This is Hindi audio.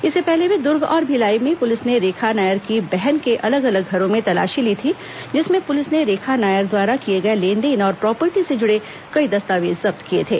इससे पहले भी दूर्ग और भिलाई में पुलिस ने रेखा नायर की बहन के अलग अलग घरों में तलाशी ली थी जिसमें पुलिस ने रेखा नायर द्वारा किए गए लेनदेन और प्रॉपर्टी से जुड़े कई दस्तावेज जब्त किए थे